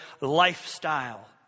lifestyle